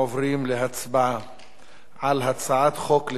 על הצעת חוק לתיקון פקודת מס הכנסה (מס'